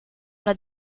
una